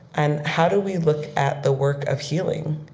and how do we look at the work of healing?